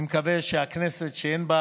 אני מקווה שהכנסת, שאין בה